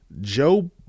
Joe